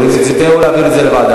להוריד את זה או להעביר את זה לוועדה?